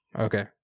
Okay